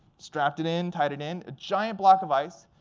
strapped it in, tied it in, a giant block of ice,